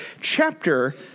chapter